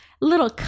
little